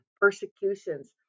persecutions